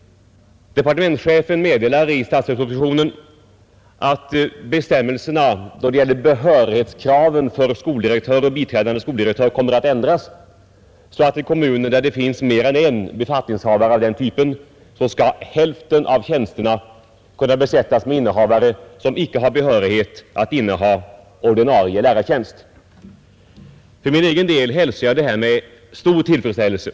Departementschefen meddelar i statsverkspropositionen att bestämmelserna då det gäller behörighetskraven för skoldirektör och biträdande skoldirektör kommer att ändras så att i kommuner, där det finns mer än en befattningshavare av den typen, skall hälften av tjänsterna kunna besättas med innehavare som icke har behörighet att inneha ordinarie lärartjänst. För min egen del hälsar jag detta med stor tillfredsställelse.